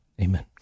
Amen